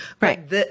Right